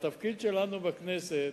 התפקיד שלנו בכנסת